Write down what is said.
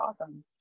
awesome